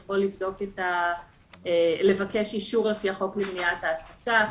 יכול לבקש אישור לפי החוק למניעת העסקה.